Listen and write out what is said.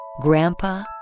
Grandpa